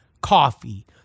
coffee